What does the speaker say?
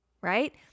right